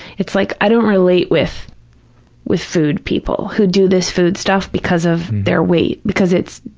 it's like i don't relate with with food people, who do this food stuff because of their weight, because it's,